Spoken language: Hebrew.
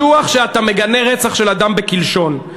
אני בטוח שאתה מגנה רצח של אדם בקלשון.